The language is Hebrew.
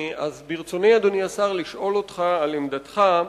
אז ברצוני, אדוני השר, לשאול אותך על עמדתך,